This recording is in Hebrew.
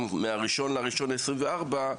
אבל הם נתנו גם מה-01 לינואר 2024,